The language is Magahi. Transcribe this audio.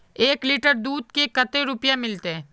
एक लीटर दूध के कते रुपया मिलते?